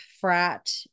frat